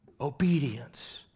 obedience